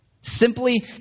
Simply